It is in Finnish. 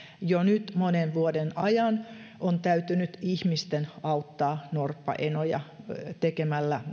jo nyt monen vuoden ajan ihmisten on täytynyt auttaa norppaemoja tekemällä